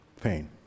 pain